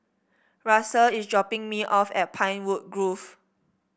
Russell is dropping me off at Pinewood Grove